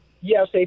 Yes